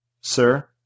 Sir